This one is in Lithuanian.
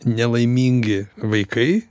nelaimingi vaikai